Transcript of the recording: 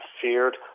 feared